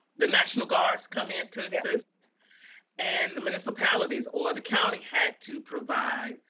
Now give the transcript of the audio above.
the national guards come in to assist and the municipalities or the county had to provide